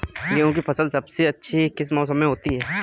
गेंहू की फसल सबसे अच्छी किस मौसम में होती है?